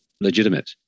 legitimate